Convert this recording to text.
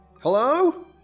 Hello